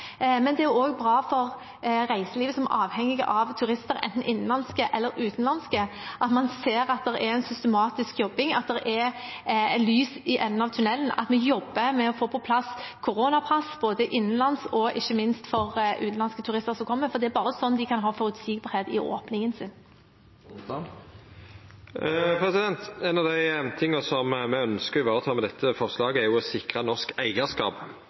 Det er også bra for reiselivet som er avhengig av turister, enten de er innenlandske eller utenlandske, at man ser at det jobbes systematisk, at det er lys i enden av tunnelen, at vi jobber med å få på plass koronapass både for innenlandske og ikke minst for utenlandske turister som kommer, for det er bare slik de kan ha forutsigbarhet i gjenåpningen sin. Noko av det me ønskjer å vareta med dette forslaget, er å sikra norsk